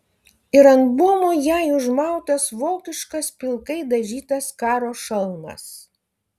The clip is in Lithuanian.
ir ant buomo jai užmautas vokiškas pilkai dažytas karo šalmas